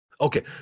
okay